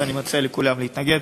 נתנגד, ואני מציע לכולם להתנגד.